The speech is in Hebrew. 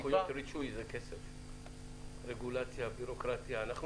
סמכויות רישוי זה כסף רגולציה, בירוקרטיה.